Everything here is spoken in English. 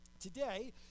today